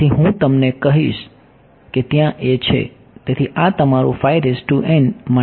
તેથી હું તમને કહીશ કે ત્યાં એ છે